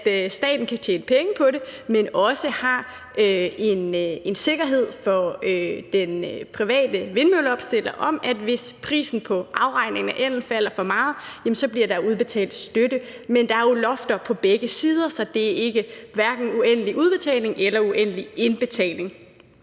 at staten kan tjene penge på det, men også har en sikkerhed for den private vindmølleropstiller for, at hvis prisen på afregning af ellen falder for meget, bliver der udbetalt støtte. Men der er jo lofter på begge sider, så det er hverken uendelig udbetaling eller uendelig indbetaling.